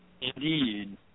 indeed